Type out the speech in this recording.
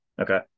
Okay